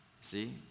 See